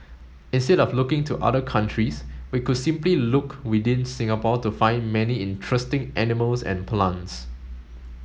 instead of looking to other countries we could simply look within Singapore to find many interesting animals and plants